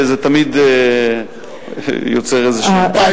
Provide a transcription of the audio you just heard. זה תמיד יוצא איזה שנתיים.